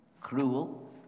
cruel